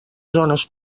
zones